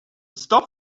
stop